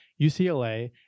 UCLA